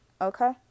Okay